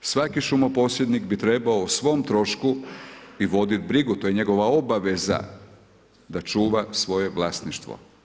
Svaki šumoposjednik bi trebao o svom trošku i vodit brigu, to je njegova obaveza da čuva svoje vlasništvo.